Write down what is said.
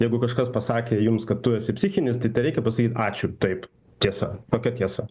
jeigu kažkas pasakė jums kad tu esi psichinis tai tereikia pasakyt ačiū taip tiesa tokia tiesa